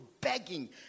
begging